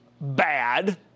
Bad